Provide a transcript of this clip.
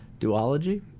Duology